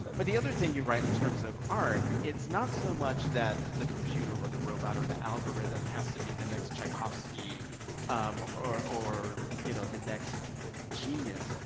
but the other thing you write in terms of art, it's not so much that the computer or the robot or the algorithm has to be the next tchaikovsky um or or you know the next genius.